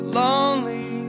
lonely